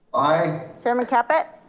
aye. chair ah caput.